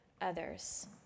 others